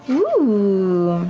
ooh!